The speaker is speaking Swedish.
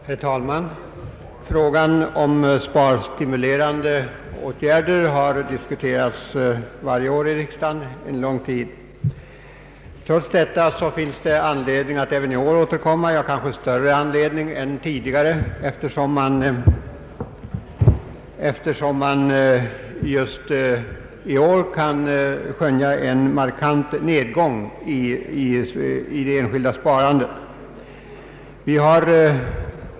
Herr talman! Frågan om sparstimulerande åtgärder har diskuterats varje år i riksdagen under en lång tid. Trots detta finns det anledning att även i år återkomma, ja kanske större anledning än tidigare, eftersom just i år kan skönjas en markant nedgång i det enskilda sparandet.